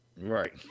Right